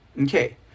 Okay